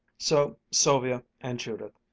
so sylvia and judith,